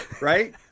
right